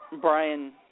Brian